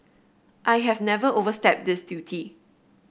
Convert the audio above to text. I have never overstepped this duty